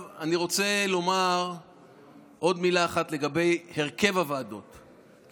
אני רוצה לומר עוד מילה אחת לגבי הרכב הוועדות,